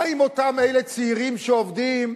מה עם אותם צעירים שעובדים?